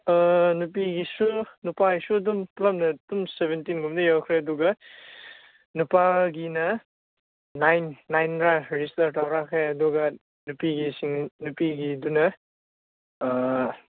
ꯅꯨꯄꯤꯒꯤꯁꯨ ꯅꯨꯄꯥꯒꯤꯁꯨ ꯑꯗꯨꯝ ꯄꯨꯂꯞꯅ ꯑꯗꯨꯝ ꯁꯕꯦꯟꯇꯤꯟ ꯒꯨꯝꯕꯗꯤ ꯌꯧꯈ꯭ꯔꯦ ꯑꯗꯨꯒ ꯅꯨꯄꯥꯒꯤꯅ ꯅꯥꯏꯟ ꯅꯥꯏꯟꯔꯥ ꯔꯦꯖꯤꯁꯇꯥꯔ ꯇꯧꯔꯛꯈ꯭ꯔꯦ ꯑꯗꯨꯒ ꯅꯨꯄꯤꯒꯤꯁꯤꯡ ꯅꯨꯄꯤꯒꯤꯗꯨꯅ